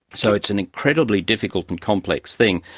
so it's an incredibly difficult and complex thing.